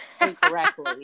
incorrectly